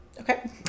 Okay